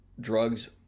drugs